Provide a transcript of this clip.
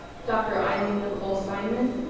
dr. eileen nicole simon,